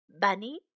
Bunny